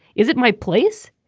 is it my place.